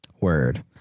Word